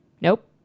Nope